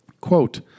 Quote